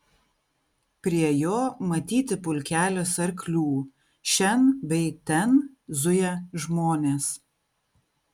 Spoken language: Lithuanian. prie jo matyti pulkelis arklių šen bei ten zuja žmonės